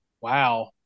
wow